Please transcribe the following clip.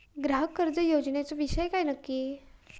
ग्राहक कर्ज योजनेचो विषय काय नक्की?